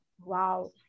Wow